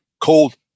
cold